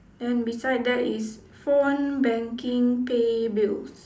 then beside that is phone banking pay bills